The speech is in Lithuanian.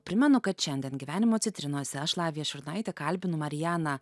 primenu kad šiandien gyvenimo citrinose aš lavija šurnaitė kalbinu marianą